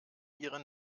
ihre